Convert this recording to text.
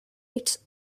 its